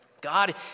God